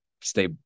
stay